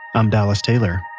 i'm dallas taylor